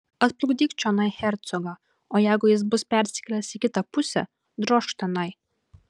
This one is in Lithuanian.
atplukdyk čionai hercogą o jeigu jis bus persikėlęs į kitą pusę drožk tenai